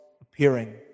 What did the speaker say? appearing